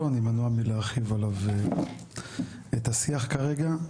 אני מנוע מלהרחיב עליו את השיח כרגע.